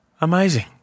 Amazing